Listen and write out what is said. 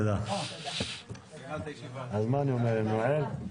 הישיבה נעולה.